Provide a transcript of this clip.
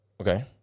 okay